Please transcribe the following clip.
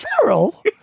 Feral